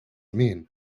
mean